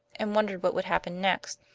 and wondered what would happen next.